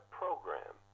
program